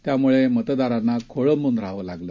त्याम्ळे मतदारांना खोळबूंन रहावं लागलं